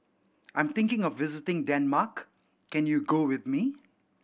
I am thinking of visiting Denmark can you go with me